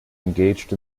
engaged